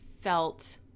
felt